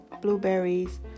blueberries